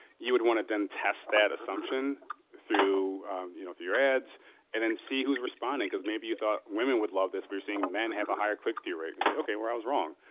you would want to then test that assumption through, you know, for your ads and then see who's responding. because maybe you thought women would love this. we're seeing men have a higher click-through rate and say okay, well, i was wrong.